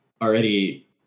already